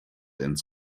ins